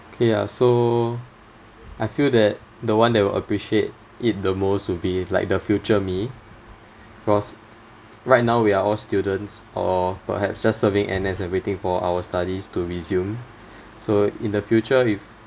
okay uh so I feel that the one that will appreciate it the most would be like the future me because right now we are all students or perhaps just serving N_S and waiting for our studies to resume so in the future if